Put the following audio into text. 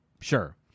Sure